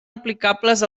aplicables